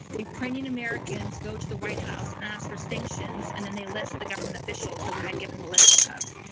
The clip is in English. ukrainian-americans, go to the white house and ask for sanctions, and then they list the government officials that we had given the list of,